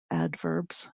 adverbs